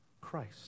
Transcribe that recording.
Christ